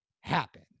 happen